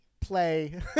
play